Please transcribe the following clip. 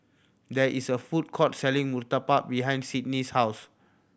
there is a food court selling murtabak behind Sidney's house